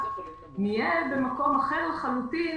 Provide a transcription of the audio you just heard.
נהיה במקום אחר לחלוטין,